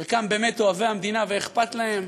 חלקם באמת אוהבי המדינה ואכפת להם,